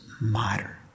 matter